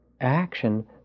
action